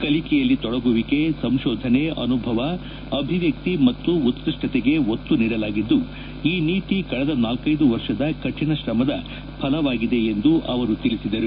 ಕಲಿಕೆಯಲ್ಲಿ ತೊಡಗುವಿಕೆ ಸಂಶೋಧನೆ ಅನುಭವ ಅಭಿವ್ಹಕ್ತಿ ಮತ್ತು ಉತ್ಪಷ್ಟತೆಗೆ ಒತ್ತು ನೀಡಲಾಗಿದ್ದು ಈ ನೀತಿ ಕಳೆದ ನಾಲ್ವೈದು ವರ್ಷದ ಕಠಿಣ ಶ್ರಮದ ಫಲವಾಗಿದೆ ಎಂದು ಅವರು ತಿಳಿಸಿದರು